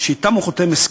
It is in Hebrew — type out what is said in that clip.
שאתם הוא חותם הסכם.